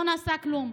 לא נעשה כלום.